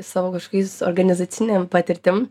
savo kažkokiais organizacinėm patirtim